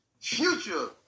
future